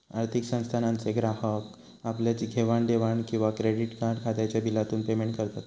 आर्थिक संस्थानांचे ग्राहक आपल्या घेवाण देवाण किंवा क्रेडीट कार्ड खात्याच्या बिलातून पेमेंट करत